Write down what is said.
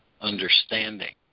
understanding